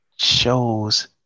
shows